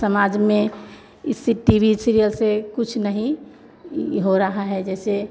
समाज में इस टी वी सीरियल से कुछ नहीं हो रहा है जैसे